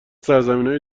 سرزمینای